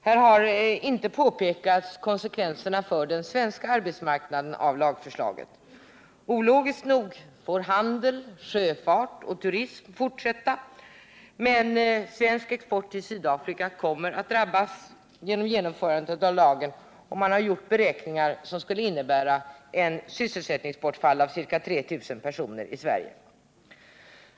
Här har inte pekats på konsekvenserna av lagförslaget för den svenska arbetsmarknaden. Ologiskt nog får handel, sjöfart och turism fortsätta, men svensk export till Sydafrika kommer att drabbas genom genomförandet av lagen. Man har gjort beräkningar som tyder på ett sysselsättningsbortfall för ca 3 000 personer i Sverige.